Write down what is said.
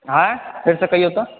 हैअं फेरसॅं क़हियौ तऽ